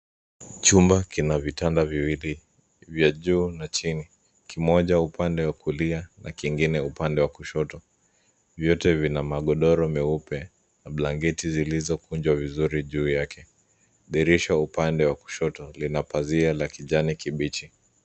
Chumba kina vitanda viwili, vya juu na chini. Kimoja upande wa kulia na kingine upande wa kushoto. Vyote vina magodoro meupe na blanketi zilizo kunjwa vizuri juu yake. Dirisha upande wa kushoto lina pazia la kijani kibichi.